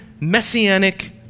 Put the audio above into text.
messianic